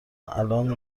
الان